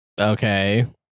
Okay